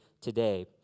today